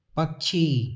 पक्षी